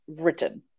written